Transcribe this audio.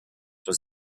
was